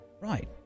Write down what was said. Right